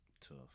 Tough